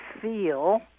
feel